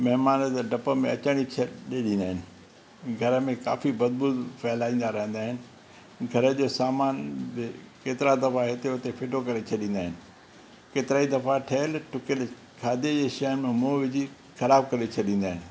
महिमान त डप में अचणु ई छॾे ॾींदा आहिनि घर में काफ़ी बदबू फहिलाईंदा रहंदा आहिनि घर जे सामानु बि केतिरा दफ़ा हिते हुते फिटो करे छॾींदा आहिनि केतिरा ई दफ़ा ठहियलु ठुकियलु खाधे जे शइ में मुंहु विझी ख़राबु करे छॾींदा आहिनि